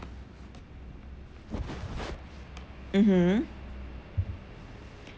mmhmm